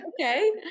Okay